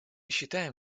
считаем